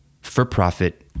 for-profit